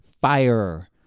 fire